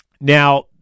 Now